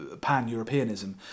pan-Europeanism